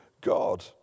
God